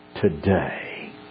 today